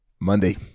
monday